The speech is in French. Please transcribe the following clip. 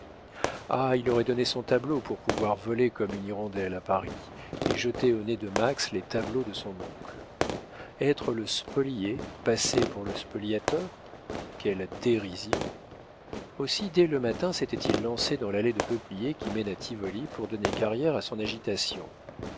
ah il aurait donné son tableau pour pouvoir voler comme une hirondelle à paris et jeter au nez de max les tableaux de son oncle être le spolié passer pour le spoliateur quelle dérision aussi dès le matin s'était-il lancé dans l'allée de peupliers qui mène à tivoli pour donner carrière à son agitation